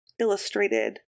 illustrated